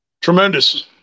Tremendous